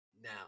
Now